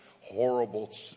horrible